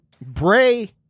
Bray